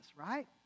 right